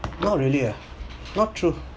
not really ah not true